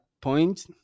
point